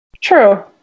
True